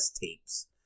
tapes